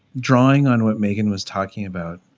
drawing on what megan was talking about